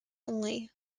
only